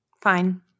fine